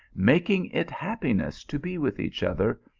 making it happiness to be with each other,